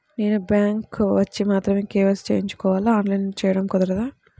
నేను బ్యాంక్ వచ్చి మాత్రమే కే.వై.సి చేయించుకోవాలా? ఆన్లైన్లో చేయటం కుదరదా?